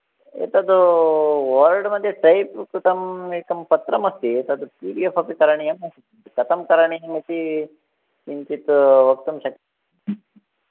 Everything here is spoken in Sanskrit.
एतद् वर्ड् मध्ये टैप् कृतं एकम् पत्रं अस्ति तत् पी डी एफ् अपि करणियं कथं करणियं इति किञ्चित् वक्तुं शक्य